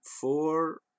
four